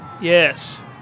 Yes